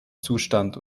zustand